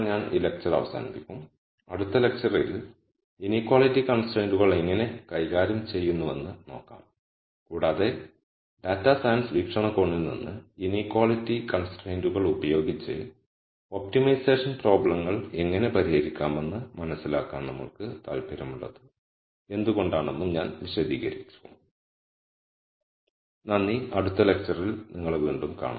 ഇതോടെ ഞാൻ ഈ ലെക്ച്ചർ അവസാനിപ്പിക്കും അടുത്ത ലെക്ച്ചറിൽ ഇനീക്വാളിറ്റി കൺസ്ട്രൈനുകൾ എങ്ങനെ കൈകാര്യം ചെയ്യുന്നുവെന്ന് നോക്കാം കൂടാതെ ഡാറ്റാ സയൻസ് വീക്ഷണകോണിൽ നിന്ന് ഇനീക്വാളിറ്റി കൺസ്ട്രൈനുകൾ ഉപയോഗിച്ച് ഒപ്റ്റിമൈസേഷൻ പ്രോബ്ളങ്ങൾ എങ്ങനെ പരിഹരിക്കാമെന്ന് മനസിലാക്കാൻ നമ്മൾക്ക് താൽപ്പര്യമുള്ളത് എന്തുകൊണ്ടാണെന്നും ഞാൻ വിശദീകരിക്കും